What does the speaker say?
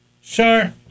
sure